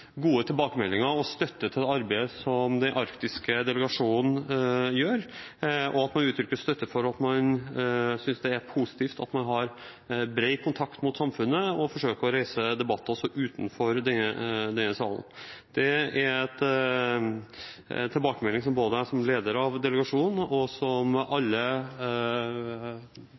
gode tilbakemeldinger og støtte til arbeidet den arktiske delegasjonen gjør, og for at man uttrykker støtte for og synes det er positivt at man har bred kontakt med samfunnet og forsøker å reise debatter også utenfor denne salen. Det er en tilbakemelding både jeg som leder av delegasjonen og alle medlemmene av delegasjonen tar til seg. Alle